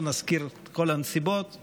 לא נזכיר את כל הנסיבות,